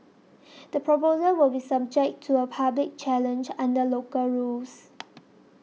the proposal will be subject to a public challenge under local rules